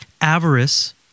avarice